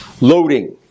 loading